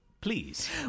Please